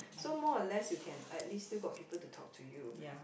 so more or less you can at least still got people to talk to you